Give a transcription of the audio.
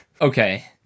Okay